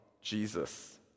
Jesus